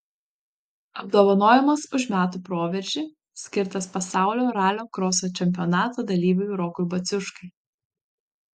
apdovanojimas už metų proveržį skirtas pasaulio ralio kroso čempionato dalyviui rokui baciuškai